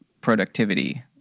productivity